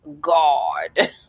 God